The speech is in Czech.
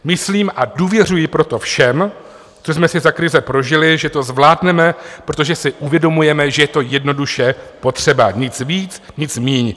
Myslím, a důvěřuji proto všem, co jsme si za krize prožili, že to zvládneme, protože si uvědomujeme, že je to jednoduše potřeba, nic víc, nic méně.